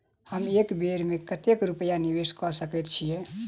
हम एक बेर मे कतेक रूपया निवेश कऽ सकैत छीयै?